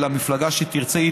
אלא מפלגה שתרצה,